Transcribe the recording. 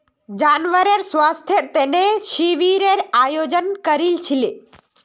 जानवरेर स्वास्थ्येर तने शिविरेर आयोजन करील छिले